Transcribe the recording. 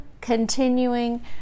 continuing